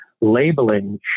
labeling